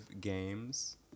games